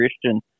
Christian